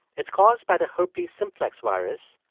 it's caused by the herpes simplex virus,